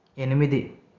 ఎనిమిది